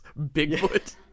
Bigfoot